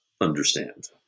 understand